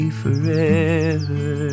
forever